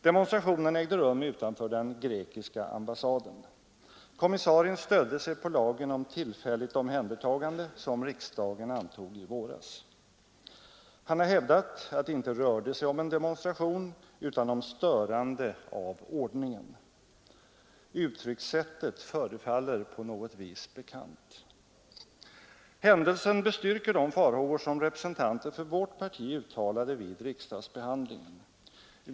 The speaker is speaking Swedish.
Demonstrationen ägde rum utanför den grekiska ambassaden Kommissarien stödde sig på lagen om tillfälligt omhändertagande som riksdagen antog i våras. Han har hävdat att det inte rörde sig om en demonstration utan om störande av ordning. Uttryckssättet förefaller på något vis bekant. § Händelsen bestyrker de farhågor som representanter för vårt parti uttalade vid riksdagsbehandlingen av lagförslaget.